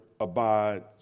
abides